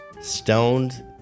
Stoned